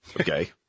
Okay